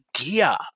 idea